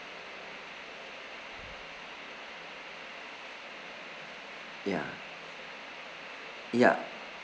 ya ya